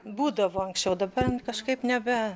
būdavo anksčiau dabar kažkaip nebe